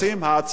חופשיים,